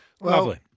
Lovely